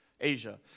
Asia